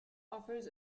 offers